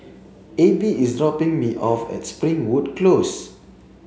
Abby is dropping me off at Springwood Close